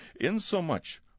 insomuch